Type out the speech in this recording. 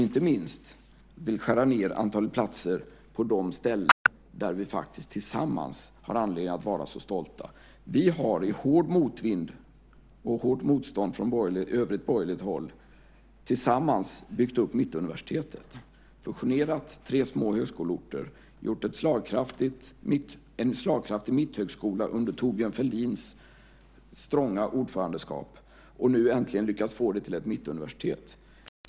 Inte minst vill de skära ned antalet platser på de ställen där vi faktiskt tillsammans har anledning att vara så stolta. Vi har i hård motvind, under hårt motstånd från övrigt borgerligt håll, tillsammans byggt upp Mittuniversitet. Vi har fusionerat tre små högskoleorter och gjort en slagkraftig mitthögskola under Thorbjörn Fälldins stronga ordförandeskap. Och nu har vi äntligen lyckats få det till att bli ett mittenuniversitet.